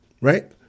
right